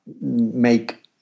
make